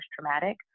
traumatic